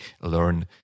learn